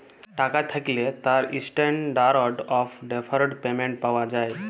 টাকা থ্যাকলে তার ইসট্যানডারড অফ ডেফারড পেমেন্ট পাওয়া যায়